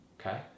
okay